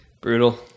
Brutal